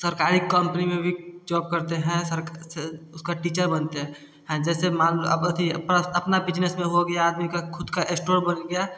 सरकारी कम्पनी में भी जॉब करते हैं सरकार से उसका टीचर बनते हैं है जैसे मान लो अब अथी पर्स अपना बिजनेस में हो गया आदमी का खुद का स्टोर बन गया